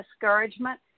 discouragement